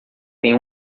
tem